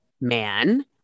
man